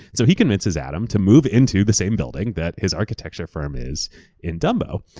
so he convinces adam to move into the same building that his architecture firm is in dumbo.